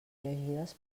llegides